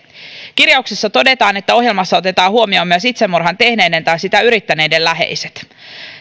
kirjauksessa todetaan että ohjelmassa otetaan huomioon myös itsemurhan tehneiden tai sitä yrittäneiden läheiset